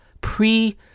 pre